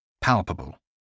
Palpable